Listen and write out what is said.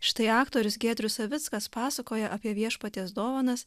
štai aktorius giedrius savickas pasakoja apie viešpaties dovanas